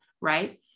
right